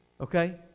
Okay